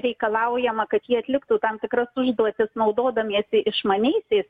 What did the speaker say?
reikalaujama kad jie atliktų tam tikras užduotis naudodamiesi išmaniaisiais